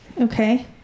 Okay